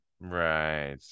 Right